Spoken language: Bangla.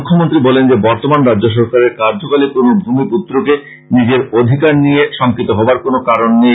মৃখ্যমন্ত্রী বলেন যে বর্তমান রাজ্য সরকারের কার্য্যকালে কোন ভুমিপুত্রকে নিজের অধিকার নিয়ে শংকিত হবার কোন কারন নেই